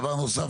דבר נוסף,